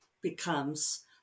becomes